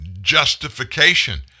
justification